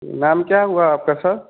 नाम क्या हुआ आपका सर